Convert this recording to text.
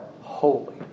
holy